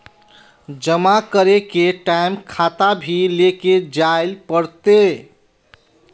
जमा करे के टाइम खाता भी लेके जाइल पड़ते?